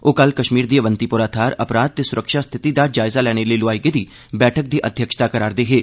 ओह् कल कश्मीर दी अवंतीपोरा थाह्र अपराघ ते सुरक्षा स्थिति दा जायजा लैने लेई लोआई गेदी बैठक दी अध्यक्षता करा करदे हे